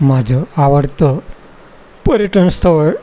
माझं आवडतं पर्यटनस्थळ